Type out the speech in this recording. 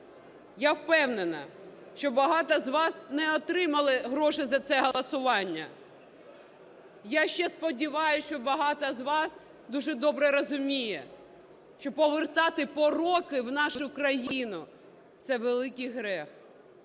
я впевнена, що багато з вас не отримали гроші за це голосування. Я ще сподіваюсь, що багато з вас дуже добре розуміє, що повертати пороки в нашу країну - це великий гріх.